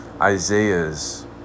Isaiah's